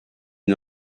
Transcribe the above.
une